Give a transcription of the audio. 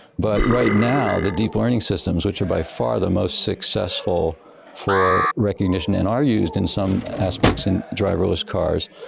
but right now the deep learning systems, which are by far the most successful for recognition and are used in some aspects in driverless cars,